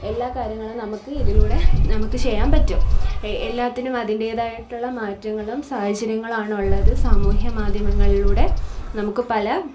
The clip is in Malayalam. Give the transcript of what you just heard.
എല്ലാ കാര്യങ്ങളും നമ്മൾക്ക് ഇതിലൂടെ നമുക്ക് ചെയ്യാൻ പറ്റും എല്ലാത്തിനും അതിൻ്റേതായിട്ടുള്ള മാറ്റങ്ങളും സാഹചര്യങ്ങളുമാണുള്ളത് സമൂഹ മാധ്യമങ്ങളിലൂടെ നമുക്ക് പല